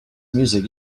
music